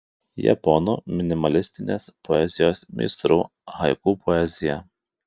japonų minimalistinės poezijos meistrų haiku poezija